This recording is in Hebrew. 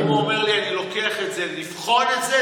אם הוא אומר לי: אני לוקח את זה לבחון את זה,